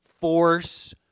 force